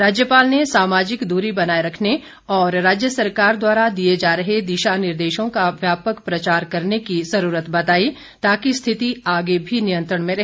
राज्यपाल ने सामाजिक दूरी बनाए रखने और राज्य सरकार द्वारा दिए जा रहे दिशा निर्देशों का व्यापक प्रचार करने की जुरूरत बताई ताकि स्थिति आगे भी नियंत्रण में रहे